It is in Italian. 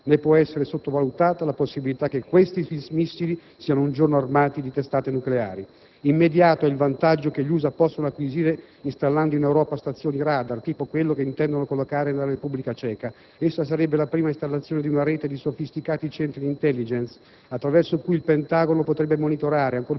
né può essere sottovalutata la possibilità che questi missili siano un giorno armati di testate nucleari. Immediato è il vantaggio che gli USA possono acquisire installando in Europa stazioni radar analoghe a quella che intendono collocare nella Repubblica Ceca. Essa sarebbe la prima installazione di una rete di sofisticati centri di *intelligence*, attraverso cui il Pentagono potrebbe monitorare, ancor più